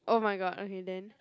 oh my god okay then